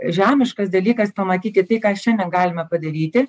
žemiškas dalykas pamatyti tai ką šiandien galime padaryti